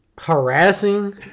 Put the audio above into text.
Harassing